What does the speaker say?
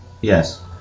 Yes